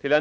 Till herr